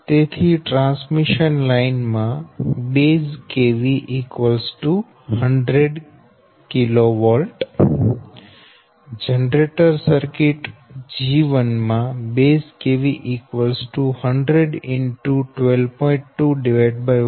તેથી transmission line માં base kV 100 kV generator circuit G1 માં બેઝ kV 100 12